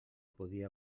podia